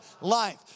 life